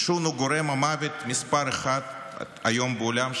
עישון הוא גורם המוות מס' אחת היום בעולם,